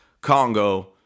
Congo